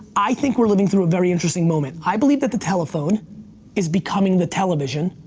i think we're living through a very interesting moment. i believe that the telephone is becoming the television.